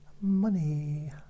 money